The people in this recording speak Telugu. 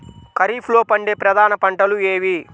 ఖరీఫ్లో పండే ప్రధాన పంటలు ఏవి?